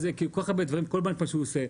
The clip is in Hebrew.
כל כך הרבה דברים, כל בנק מה שהוא עושה.